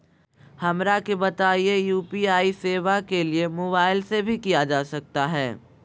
हमरा के बताइए यू.पी.आई सेवा के लिए मोबाइल से भी किया जा सकता है?